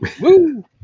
Woo